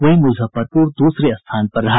वहीं मुजफ्फरपुर दूसरे स्थान पर रहा